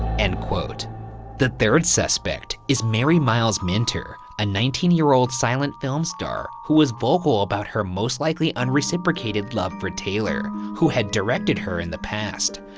and the third suspect is mary miles minter, a nineteen year old silent film star who was vocal about her most likely unreciprocated love for taylor, who had directed her in the past.